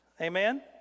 Amen